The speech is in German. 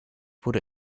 wurde